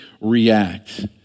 react